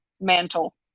mantle